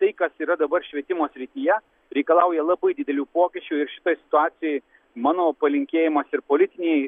tai kas yra dabar švietimo srityje reikalauja labai didelių pokyčių ir šitoj situacijoj mano palinkėjimas ir politinei